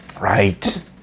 Right